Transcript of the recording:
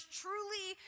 truly